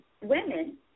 women